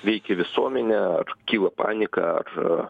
veikia visuomenę ar kyla panika ar